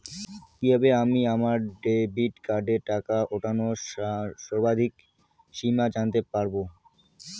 কিভাবে আমি আমার ডেবিট কার্ডের টাকা ওঠানোর সর্বাধিক সীমা জানতে পারব?